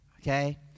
Okay